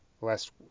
last